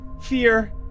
Fear